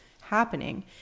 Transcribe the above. happening